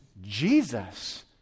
Jesus